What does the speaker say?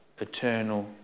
eternal